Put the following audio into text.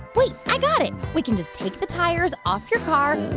wait. i got it. we can just take the tires off your car,